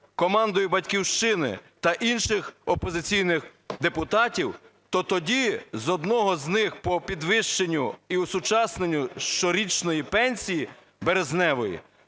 командою "Батьківщини" та інших опозиційних депутатів, то тоді з одного з них по підвищенню і осучасненню щорічної пенсії березневої